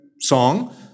song